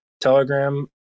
Telegram